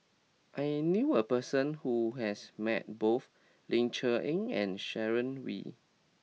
I knew a person who has met both Ling Cher Eng and Sharon Wee